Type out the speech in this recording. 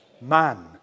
man